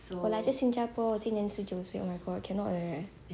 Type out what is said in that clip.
我来自新加坡我今年十九岁 oh my god cannot leh